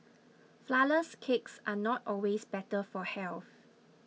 Flourless Cakes are not always better for health